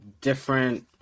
different